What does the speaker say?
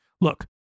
Look